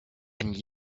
and